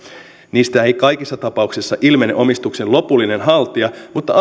niistä ei kaikissa tapauksissa ilmene omistuksen lopullinen haltija mutta